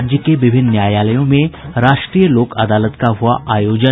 राज्य के विभिन्न न्यायालयों में राष्ट्रीय लोक अदालत का हुआ आयोजन